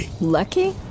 Lucky